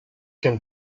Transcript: can